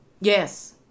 Yes